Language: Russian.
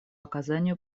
оказанию